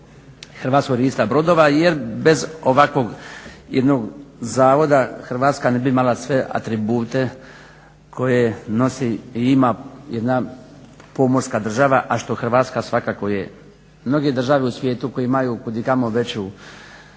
HRB-a jer bez ovakvog jednog zavoda Hrvatska ne bi imala sve atribute koje nosi i ima jedna pomorska država, a što Hrvatska svakako je mnoge države u svijetu koje imaju kudikamo veću